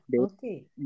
Okay